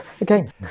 again